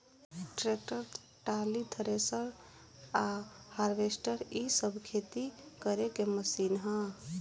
tractor, trolley, thresher आ harvester इ सब खेती करे के मशीन ह